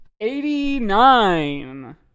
Eighty-nine